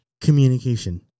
communication